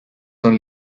son